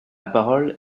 parole